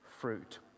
fruit